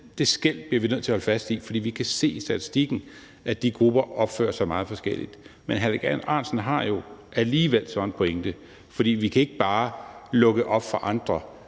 Det skel bliver vi nødt til at holde fast i, for vi kan se i statistikken, at de grupper opfører sig meget forskelligt. Men hr. Alex Ahrendtsen har jo alligevel så en pointe, for vi kan ikke bare lukke op for andre